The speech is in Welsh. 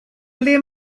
ble